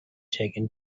taken